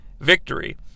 Victory